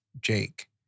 Jake